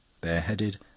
bareheaded